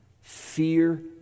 fear